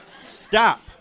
stop